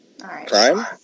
Crime